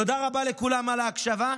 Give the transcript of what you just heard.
תודה רבה לכולם על ההקשבה.